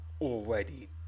already